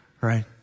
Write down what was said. right